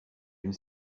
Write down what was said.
une